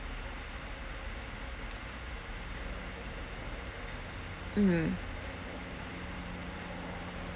mm